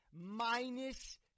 Minus